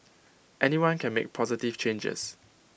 anyone can make positive changes